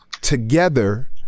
together